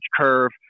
curve